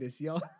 y'all